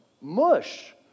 mush